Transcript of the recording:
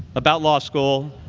about law school,